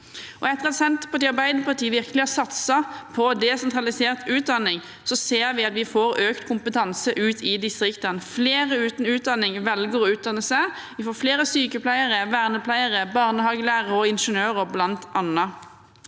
Etter at Senterpartiet og Arbeiderpartiet virkelig har satset på desentralisert utdanning, ser vi at vi får økt kompetanse ute i distriktene. Flere uten utdanning velger å utdanne seg, vi får flere sykepleiere, vernepleiere, barnehagelærere og ingeniører, bl.a.